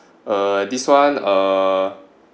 uh this one uh